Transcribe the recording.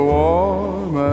warm